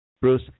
Bruce